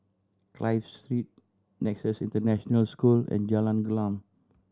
Clive Street Nexus International School and Jalan Gelam